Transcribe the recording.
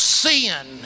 sin